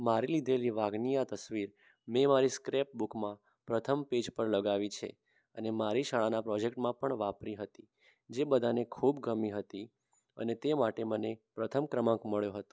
મારી લીધેલી વાઘની આ તસવીર મેં મારી સ્ક્રેપ બુકમાં પ્રથમ પેજ પર લગાવી છે અને મારી શાળાના પ્રોજેક્ટમાં પણ વાપરી હતી જે બધાને ખૂબ ગમી હતી અને તે માટે મને પ્રથમ ક્રમાંક મળ્યો હતો